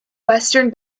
western